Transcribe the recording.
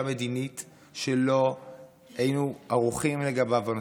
מדינית שבה לא היינו ערוכים לגביו.